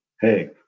hey